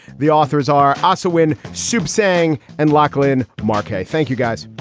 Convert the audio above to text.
the authors are oswin soothsaying and lachlan mark. thank you, guys.